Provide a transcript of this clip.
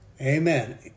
Amen